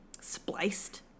spliced